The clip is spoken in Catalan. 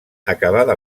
acabada